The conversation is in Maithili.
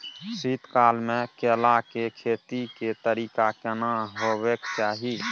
शीत काल म केला के खेती के तरीका केना होबय के चाही?